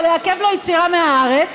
או לעכב לו יציאה מהארץ,